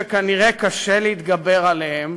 שכנראה קשה להתגבר עליהם,